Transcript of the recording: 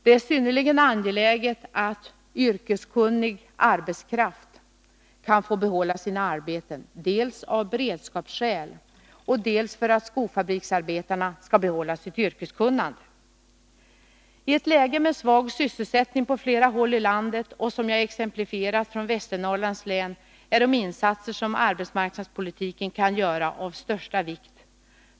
Det är synnerligen angeläget att yrkeskunnig arbetskraft kan få behålla sina arbeten — dels av beredskapsskäl, dels för att skofabriksarbetarna skall behålla sitt yrkeskunnande. I ett läge med svag sysselsättning på flera håll i landet, som jag exemplifierat från Västernorrlands län, är de insatser som arbetsmarknadspolitiken kan göra av största vikt.